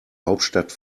hauptstadt